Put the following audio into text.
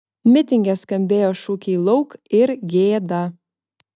mitinge skambėjo šūkiai lauk ir gėda